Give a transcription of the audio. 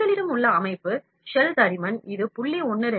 எங்களிடம் உள்ள அமைப்பு ஷெல் தடிமன் இது 0